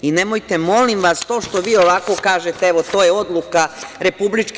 I, nemojte molim vas, to što vi ovako kažete, evo to je odluka RIK.